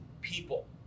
people